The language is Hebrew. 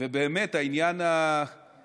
ובאמת גם על הידע,